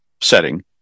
setting